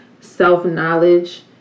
self-knowledge